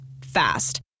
Fast